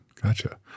Gotcha